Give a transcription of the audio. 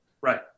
Right